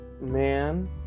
man